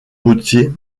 routier